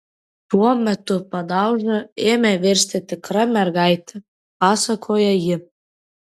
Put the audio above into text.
tuo metu padauža ėmė virsti tikra mergaite pasakoja ji